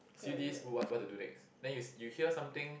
see this what what to do next then you you hear something